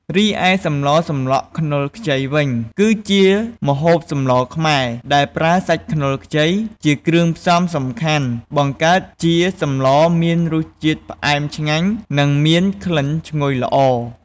រីឯសម្លសម្លក់ខ្នុរខ្ចីវិញ គឺជាម្ហូបសម្លខ្មែរ ដែលប្រើសាច់ខ្នុរខ្ចី ជាគ្រឿងផ្សំសំខាន់ បង្កើតជាសម្លមានរសជាតិផ្អែមឆ្ងាញ់ និងមានក្លិនឈ្ងុយល្អ។